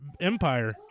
Empire